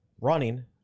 running